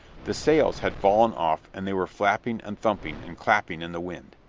the sails had fallen off and they were flapping and thumping and clapping in the wind.